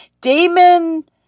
Damon